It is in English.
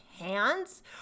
hands